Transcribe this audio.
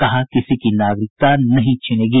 कहा किसी की नागरिकता नहीं छिनेगी